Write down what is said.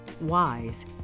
wise